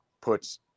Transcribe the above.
puts